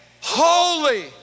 holy